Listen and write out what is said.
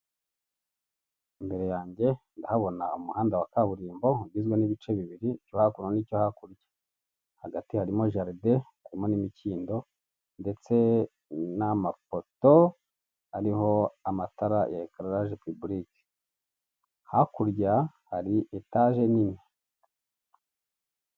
Imbere yanjye ndahabona umuhanda wa kaburimbo ugizwe n'ibice bibiri, icyo hakuno n'icyo hakurya, hagati harimo jaride harimo n'imikindo ndetse n'amafoto ariho amatara ya ekalaje pibulike hakurya hari etaje nini.